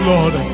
Lord